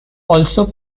also